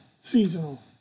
Seasonal